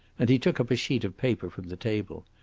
and he took up a sheet of paper from the table.